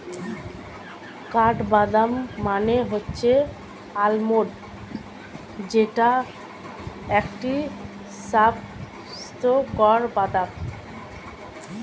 কাঠবাদাম মানে হচ্ছে আলমন্ড যেইটা একটি স্বাস্থ্যকর বাদাম